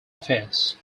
affairs